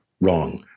wrong